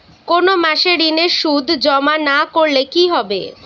কোনো মাসে ঋণের সুদ জমা না করলে কি হবে?